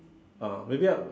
ah maybe I'll